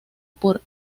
por